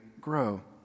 grow